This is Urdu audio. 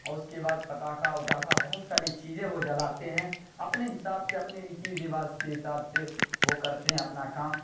او اس کے بعد پٹاخہ اوٹاخہ بہت ساری چیزیں ہیں وہ جلاتے ہیں اپنے حساب سے اپنے ریتی رواج کے حساب سے وہ کرتے ہیں اپنا کام